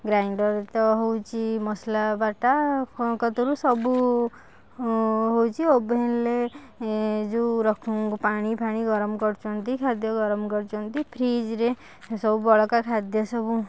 grinder ତ ହଉଛି ମସଲା ବଟା କତୁରୁ ସବୁ ହୋଉଛି ଓଭେନରେ ଯେଉଁ ରଖୁ ପାଣି ଫାଣି ଗରମ କରୁଛନ୍ତି ଖାଦ୍ୟ ଗରମ କରୁଛନ୍ତି ଫ୍ରିଜରେ ସେସବୁ ବଳକା ଖାଦ୍ୟ ସବୁ